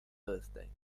birthday